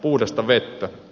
puhdasta vettä